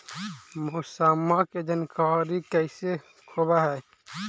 मौसमा के जानकारी कैसे होब है?